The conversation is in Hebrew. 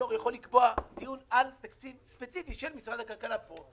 היושב-ראש יכול לקבוע דיון על תקציב ספציפי של משרד הכלכלה פה.